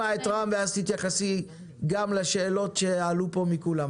קודם נשמע את רם שפע ואז המנכ"לית תתייחס לשאלות שעלו פה על ידי כולם.